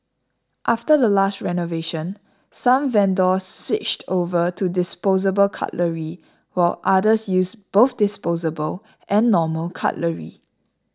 after the last renovation some vendors switched over to disposable cutlery while others use both disposable and normal cutlery